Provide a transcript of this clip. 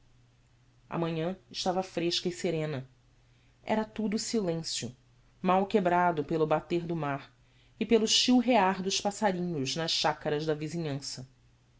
manhã estava fresca e serena era tudo silencio mal quebrado pelo bater do mar e pelo chilrear dos passarinhos nas chacaras da visinhança